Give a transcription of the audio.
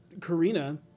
Karina